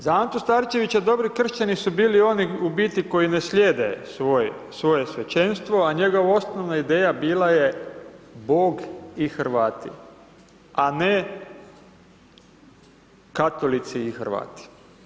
Za Antu Starčevića dobri kršćani su bili oni koji u biti koji ne slijede svoje svećenstvo, a njegova osnovna ideja bila je Bog i Hrvati, a ne katolici i Hrvati.